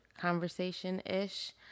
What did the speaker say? conversation-ish